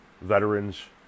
veterans